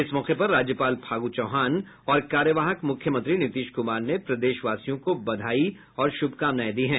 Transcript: इस मौके पर राज्यपाल फागू चौहान और कार्यवाहक मुख्यमंत्री नीतीश कुमार ने प्रदेशवासियों को बधाई और शुभकामनाएं दी हैं